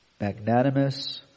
magnanimous